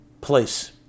place